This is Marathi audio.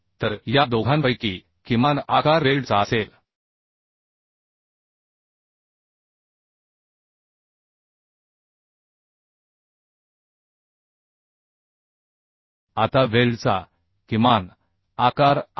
तर या दोघांपैकी किमान आकार वेल्ड चा असेल आता वेल्डचा किमान आकार आय